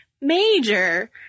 major